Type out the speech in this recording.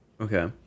okay